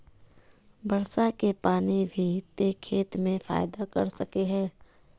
वर्षा के पानी भी ते खेत में फायदा कर सके है?